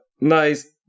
nice